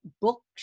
books